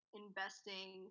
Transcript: investing